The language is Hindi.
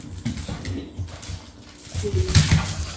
फिर